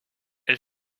elle